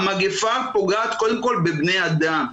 המגפה פוגעת קודם כול בבני אדם,